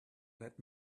let